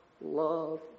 love